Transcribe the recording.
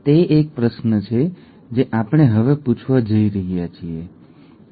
તે એક પ્રશ્ન છે જે આપણે હવે પૂછવા જઈ રહ્યા છીએ ઠીક છે